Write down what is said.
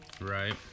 Right